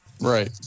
Right